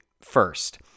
first